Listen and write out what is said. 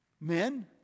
Men